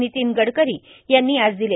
नितीन गडकरी यांनी आज दिले